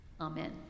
Amen